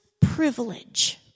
privilege